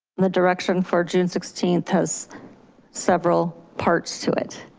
the direction for june sixteenth has several parts to it,